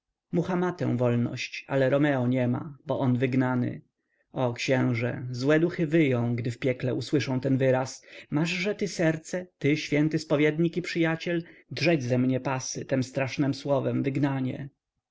mucha ma tę wolność ale romeo nie ma bo on wygnany o księże złe duchy wyją gdy w piekle usłyszą ten wyraz maszże ty serce ty święty spowiednik i przyjaciel drzeć ze mnie pasy tem strasznem słowem wygnanie